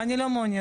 אני לא מעוניינת.